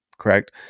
correct